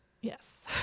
Yes